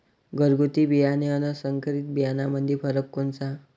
घरगुती बियाणे अन संकरीत बियाणामंदी फरक कोनचा?